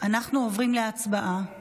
אנחנו עוברים להצבעה.